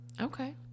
Okay